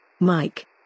Mike